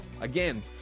again